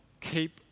keep